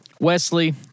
Wesley